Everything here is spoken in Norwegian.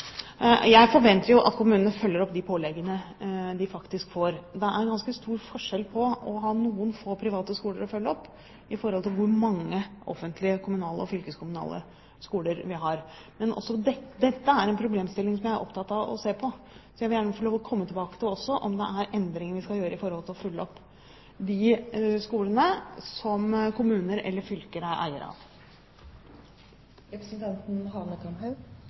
Jeg forventer at kommunene følger opp de påleggene de faktisk får. Det er ganske stor forskjell på å følge opp noen få private skoler og å følge opp de mange offentlige kommunale og fylkeskommunale skolene vi har. Men også dette er en problemstilling som jeg er opptatt av å se på. Så jeg vil gjerne få lov til å komme tilbake til om vi også skal gjøre endringer i forhold til å følge opp de skolene som kommuner eller fylker er